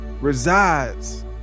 resides